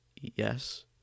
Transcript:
yes